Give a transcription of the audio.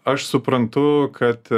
aš suprantu kad